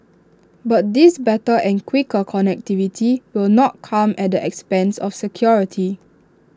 but this better and quicker connectivity will not come at the expense of security